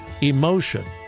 emotion